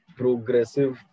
progressive